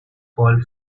fall